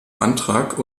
antrag